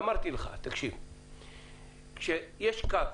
אמרתי לך שכאשר יש קו